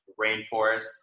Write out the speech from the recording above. rainforest